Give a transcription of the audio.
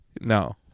No